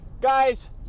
Guys